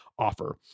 offer